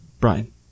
Brian